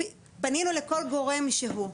פנינו לכל גורם שהוא.